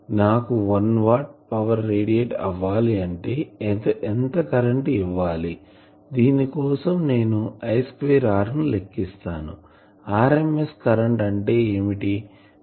నాకు 1 watt power radiate అవ్వాలి అంటే ఎంత కరెంటు ఇవ్వాలి దీని కోసం నేను I స్క్వేర్ r ని లెక్కిస్తాను rms కరెంటు అంటే ఏమిటి నేను 106